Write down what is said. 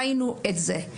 ראינו את זה.